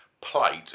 plate